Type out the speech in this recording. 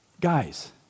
Guys